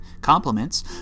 compliments